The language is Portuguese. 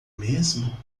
mesmo